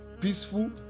peaceful